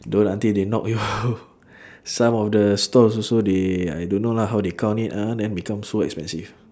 don't until they knock you some of the stalls also they I don't know lah how they count it ah then become so expensive